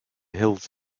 hills